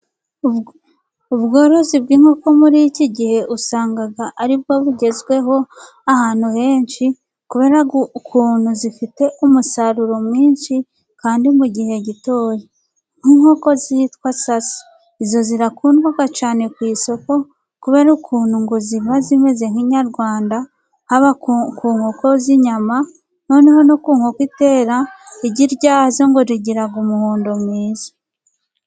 Ubworozi bw'inkoko muri iki gihe usanga ari bwo bugezweho ahantu henshi kubera ukuntu zifite umusaruro mwinshi kandi mu gihe gitoya. Nk'inkoko zitwa saso izo zirakundwa cyane ku isoko kubera ukuntu ngo ziba zimeze nk'inyarwanda haba ku nkoko z'inyama noneho no ku nkoko itera, igi ryazo ngo rigira umuhondo mwiza.